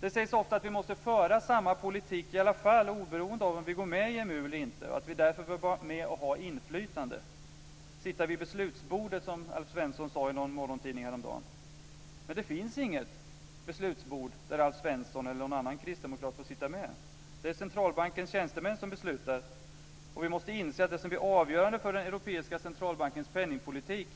Det sägs ofta att vi måste föra samma politik i alla fall, oberoende om vi går med i EMU eller inte, och att vi därför bör vara med och ha inflytande; sitta vid beslutsbordet, som Alf Svensson sade i någon morgontidning härom dagen. Men det finns inget beslutsbord där Alf Svensson eller någon annan kristdemokrat kan sitta med. Det är centralbankens tjänstemän som beslutar, och vi måste inse att det som blir avgörande för den europeiska centralbankens penningpolitik